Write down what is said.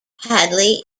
hadley